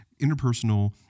Interpersonal